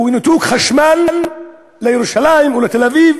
או ניתוק חשמל לירושלים ולתל-אביב,